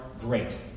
Great